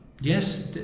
Yes